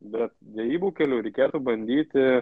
bet derybų keliu reikėtų bandyti